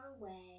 away